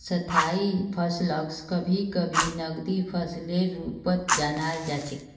स्थायी फसलक कभी कभी नकदी फसलेर रूपत जानाल जा छेक